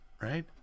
right